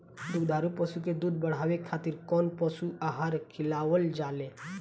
दुग्धारू पशु के दुध बढ़ावे खातिर कौन पशु आहार खिलावल जाले?